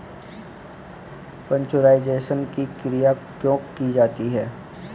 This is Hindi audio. पाश्चुराइजेशन की क्रिया क्यों की जाती है?